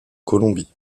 colombie